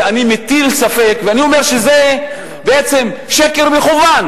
מטיל ספק ואומר שזה בעצם שקר מכוון.